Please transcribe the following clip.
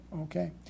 Okay